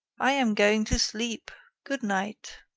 i am going to sleep. good-night.